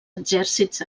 exèrcits